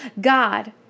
God